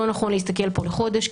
לא נכון להסתכל פה לחודש,